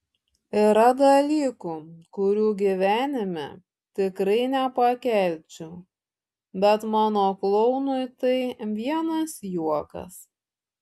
yra dalykų kurių gyvenime tikrai nepakelčiau bet mano klounui tai vienas juokas